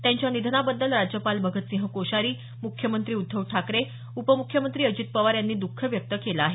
त्यांच्या निधनाबद्दल राज्यपाल भगतसिंह कोश्यारी मुख्यमंत्री उद्धव ठाकरे उपम्ख्यमंत्री अजित पवार यांनी दख व्यक्त केलं आहे